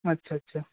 আচ্ছা আচ্ছা